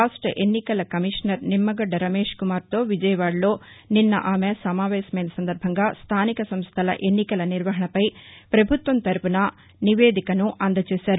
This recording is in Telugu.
రాష్ట ఎన్నికల కమిషనర్ నిమ్మగడ్డ రమేష్ కుమార్తో విజయవాడలో నిన్న నీలం సాహ్ని సమావేశమైన సందర్భంగా స్థానిక సంస్థల ఎన్నికల నిర్వహణపై ప్రభుత్వం తరఫున నివేదికను అందజేశారు